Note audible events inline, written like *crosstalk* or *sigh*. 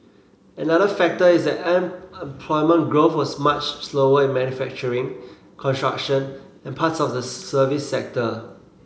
another factor is that *unintelligible* employment growth was much slower in manufacturing construction and parts of the service sector